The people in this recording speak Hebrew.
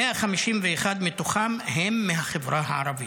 151 מתוכם הם מהחברה הערבית.